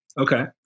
Okay